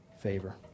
favor